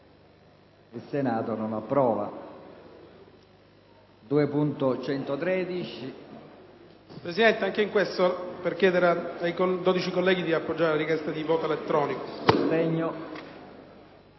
Il Senato non approva.